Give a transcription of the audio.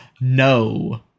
no